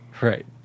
Right